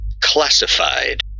classified